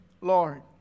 Lord